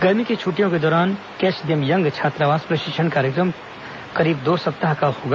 गर्मी की छुटिटयों के दौरान कैच देम यंग छात्रावास प्रशिक्षण कार्यक्रम करीब दो सप्ताह का होगा